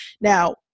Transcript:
Now